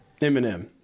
Eminem